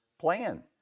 plan